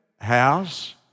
house